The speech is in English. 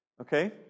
Okay